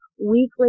weekly